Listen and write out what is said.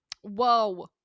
Whoa